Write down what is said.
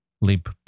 leap